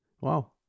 Wow